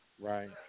right